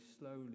slowly